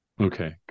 okay